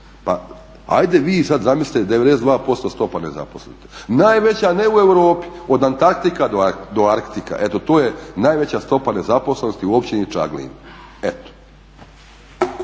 Pa ajde vi sad zamislite 92% stopa nezaposlenosti? Najveća ne u Europi, od Antarktika do Arktika. Eto to je najveća stopa nezaposlenosti u općini Čaglin, eto.